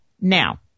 now